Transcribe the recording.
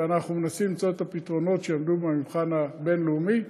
אנחנו מנסים למצוא את הפתרונות שיעמדו במבחן הבין-לאומי החוקי,